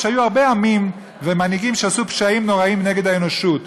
היו הרבה עמים ומנהיגים שעשו פשעים נוראיים נגד האנושות,